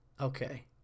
okay